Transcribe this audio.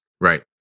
right